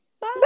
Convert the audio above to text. Bye